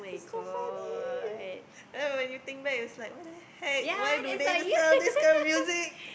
so funny now when you think back it's like why the heck why do they sell this kind of music